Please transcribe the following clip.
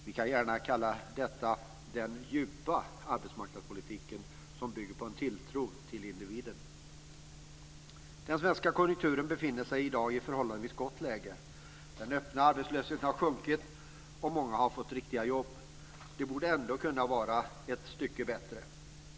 Vi kan gärna kalla detta den djupa arbetsmarknadspolitiken som bygger på en tilltro till individen. Den svenska konjunkturen befinner sig i dag i ett förhållandevis gott läge. Den öppna arbetslösheten har sjunkit och många har fått riktiga jobb. Men det borde ändå kunna vara ett stycke bättre.